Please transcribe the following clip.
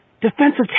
Defensive